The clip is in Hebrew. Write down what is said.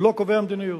הוא לא קובע מדיניות.